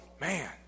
man